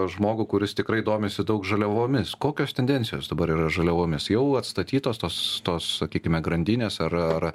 žmogų kuris tikrai domisi daug žaliavomis kokios tendencijos dabar yra žaliavomis jau atstatytos tos tos sakykime grandinės ar ar